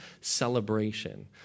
celebration